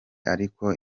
ariko